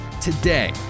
Today